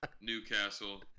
newcastle